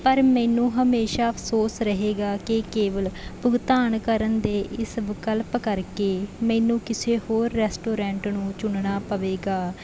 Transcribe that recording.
ਪਰ ਮੈਨੂੰ ਹਮੇਸ਼ਾਂ ਅਫਸੋਸ ਰਹੇਗਾ ਕਿ ਕੇਵਲ ਭੁਗਤਾਨ ਕਰਨ ਦੇ ਇਸ ਵਿਕਲਪ ਕਰਕੇ ਮੈਨੂੰ ਕਿਸੇ ਹੋਰ ਰੈਸਟੋਰੈਂਟ ਨੂੰ ਚੁਣਨਾ ਪਵੇਗਾ